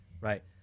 right